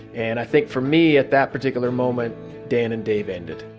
and i think for me at that particular moment dan and dave ended